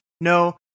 No